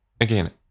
Again